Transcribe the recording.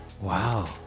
Wow